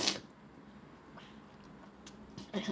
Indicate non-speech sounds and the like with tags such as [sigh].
[breath]